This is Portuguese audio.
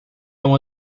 uma